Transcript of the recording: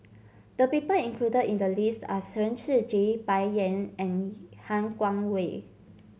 the people included in the list are Chen Shiji Bai Yan and Han Guangwei